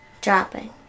Dropping